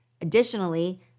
Additionally